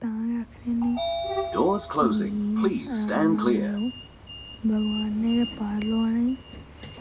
तां गै आक्खने नी कि राम नाम लैओ भगवान ने गै पार लाना ई